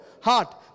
heart